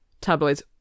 tabloids